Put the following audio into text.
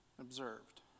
Observed